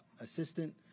assistant